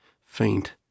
faint